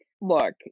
look